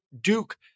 Duke